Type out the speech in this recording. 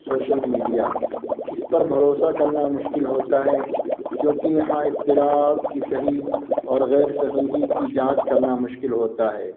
social media اس پر بھروسہ کرنا مشکل ہوتا ہے کیونکہ یہاں اطلاعات کی صحیح اور غیر صحیح کی جانچ کرنا مشکل ہوتا ہے